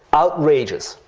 outrageous!